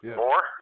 more